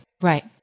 right